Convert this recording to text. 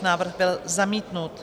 Návrh byl zamítnut.